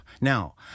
Now